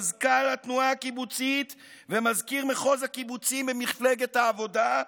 מזכ"ל התנועה הקיבוצית ומזכיר מחוז הקיבוצים במפלגת העבודה,